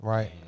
Right